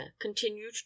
continued